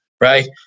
Right